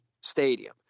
stadium